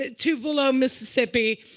ah tupelo, mississippi.